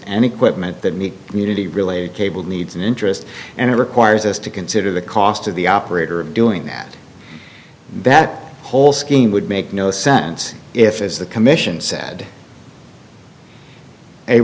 and equipment that meet community related cable needs and interests and it requires us to consider the cost of the operator of doing that that whole scheme would make no sense if as the commission said a